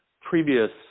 previous